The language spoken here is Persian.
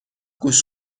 گوش